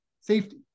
safety